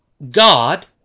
God